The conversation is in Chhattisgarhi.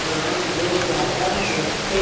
बांड ले जादा रथे